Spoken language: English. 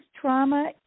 trauma